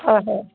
হয় হয়